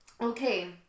Okay